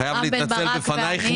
אני חייב להתנצל בפניך,